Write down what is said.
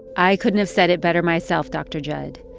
i couldn't have said it better myself, dr. jud.